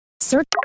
Search